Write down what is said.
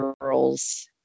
girls